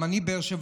גם אני באר-שבעי,